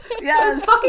yes